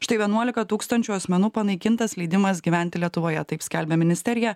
štai vienuolika tūkstančių asmenų panaikintas leidimas gyventi lietuvoje taip skelbia ministerija